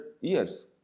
years